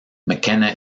mckenna